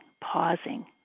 pausing